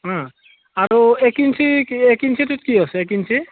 আৰু এক ইঞ্চি এক ইঞ্চিটোত কি আছে এক ইঞ্চি